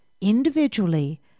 individually